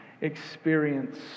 experience